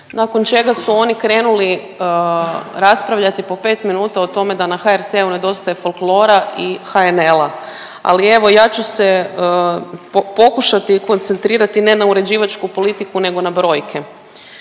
nakon čega su oni krenuli raspravljati po 5 minuta o tome da na HRT-u nedostaje folklora i HNL-a, ali evo ja ću se pokušati koncentrirati ne na uređivačku politiku nego na brojke.